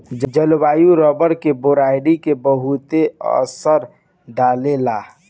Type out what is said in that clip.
जलवायु रबर के वेराइटी के बहुते असर डाले ला